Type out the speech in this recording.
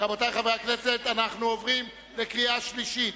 רבותי חברי הכנסת, אנחנו עוברים לקריאה שלישית.